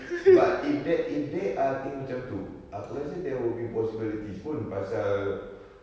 but if there if there are thing macam tu aku rasa there will be possibilities pun pasal